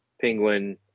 Penguin